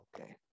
okay